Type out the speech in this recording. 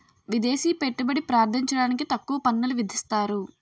విదేశీ పెట్టుబడి ప్రార్థించడానికి తక్కువ పన్నులు విధిస్తారు